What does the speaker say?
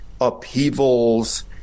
upheavals